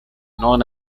known